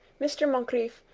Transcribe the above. mr. moncrieff,